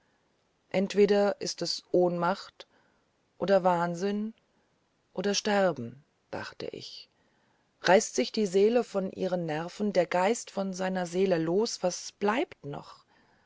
entweder ist es ohnmacht oder wahnsinn oder sterben dachte ich reißt sich die seele von ihren nerven der geist von seiner seele los was bleibt noch